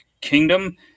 kingdom